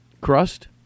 crust